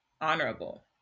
honorable